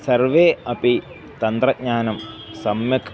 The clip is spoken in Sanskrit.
सर्वे अपि तन्त्रज्ञानं सम्यक्